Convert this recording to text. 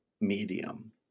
medium